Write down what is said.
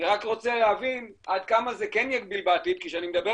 אני רק רוצה להבין עד כמה זה כן יגביל בעתיד כי כשאני מדבר